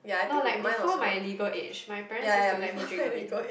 no like before my legal age my parents used to let me drink a bit